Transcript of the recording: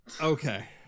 Okay